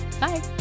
Bye